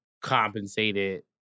compensated